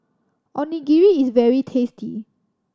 onigiri is very tasty